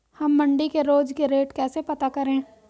हम मंडी के रोज के रेट कैसे पता करें?